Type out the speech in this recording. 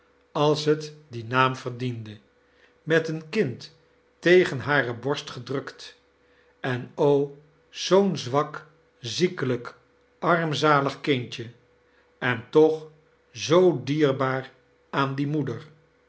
als het dien naam verdiende met een kind tegen hare borst gedrukt en o zoo'n zwak ziekemjk armzalig kiadje en toch zoo dierbaar aan die moeder